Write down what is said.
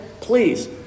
please